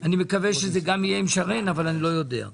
אני מקווה שזה גם יהיה עם שרן אבל אני לא יודע,